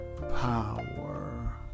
power